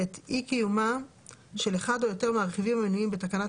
אי קיומם של אחד או יותר מהרכיבים המנויים בתקנת